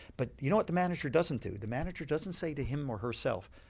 but you know what the manager doesn't do, the manager doesn't say to him or herself,